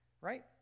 right